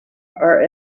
our